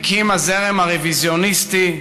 מקים הזרם הרוויזיוניסטי,